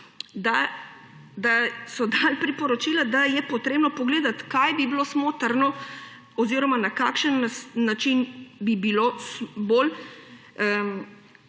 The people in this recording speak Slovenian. da so dali priporočila, da je potrebno pogledati, kaj bi bilo smotrno oziroma na kakšen način bi bilo bolj